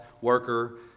worker